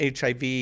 HIV